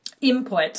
input